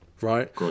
right